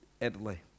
Italy